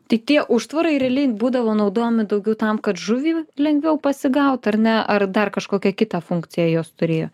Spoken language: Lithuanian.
tai tie užtvarai realiai būdavo naudojami daugiau tam kad žuvį lengviau pasigaut ar ne ar dar kažkokią kitą funkciją jos turėjo